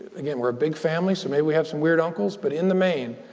again, we're a big family. so maybe we have some weird uncles. but in the main,